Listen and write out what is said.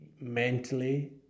mentally